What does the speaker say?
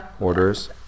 orders